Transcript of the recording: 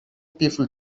people